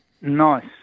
Nice